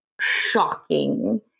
shocking